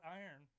iron